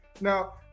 Now